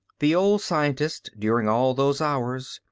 the old scientist, during all those hours,